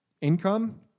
income